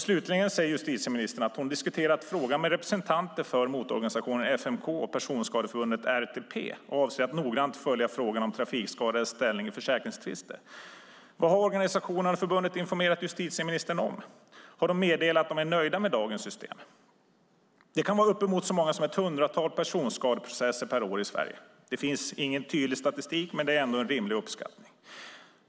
Slutligen säger justitieministern att hon har diskuterat frågan med representanter för motororganisationen FMK och Personskadeförbundet RTP och avser att noggrant följa frågan om trafikskadades ställning i försäkringstvister. Vad har organisationen och förbundet informerat justitieministern om? Har de meddelat att de är nöjda med dagens system? Det kan vara uppemot så många som ett hundratal personskadeprocesser per år i Sverige. Det finns ingen tydlig statistik, men det är ändå en rimlig uppskattning.